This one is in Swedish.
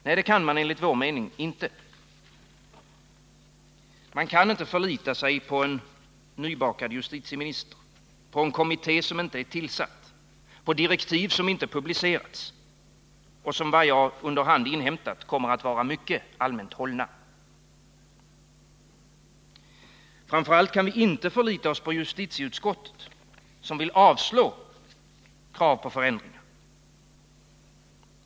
Nej, det kan man enligt vår mening inte. Man kan inte förlita sig på en nybakad justitieminister, på en kommitté som inte är tillsatt, på direktiv som inte publicerats — och som, efter vad jag under hand inhämtat, kommer att vara mycket allmänt hållna. Framför allt kan vi inte förlita oss på justitieutskottet, som vill avslå krav på förändringar.